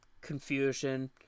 confusion